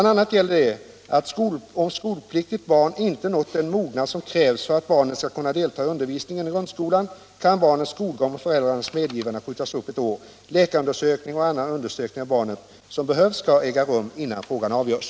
a. gäller att om skolpliktigt barn inte nått den mognad som krävs för att barnet skall kunna delta i undervisningen i grundskolan kan barnets skolgång med föräldrarnas medgivande skjutas upp ett år. Läkarundersökning och annan undersökning av barnet som behövs skall äga rum innan frågan avgörs.